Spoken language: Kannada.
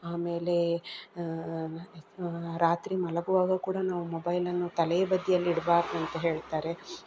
ಆಮೇಲೆ ರಾತ್ರಿ ಮಲಗುವಾಗ ಕೂಡ ನಾವು ಮೊಬೈಲನ್ನು ತಲೆಯ ಬದಿಯಲ್ಲಿಡಬಾರ್ದು ಅಂತ ಹೇಳ್ತಾರೆ